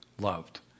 loved